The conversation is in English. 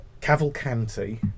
Cavalcanti